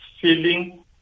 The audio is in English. feeling